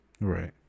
right